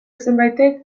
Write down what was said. zenbaitek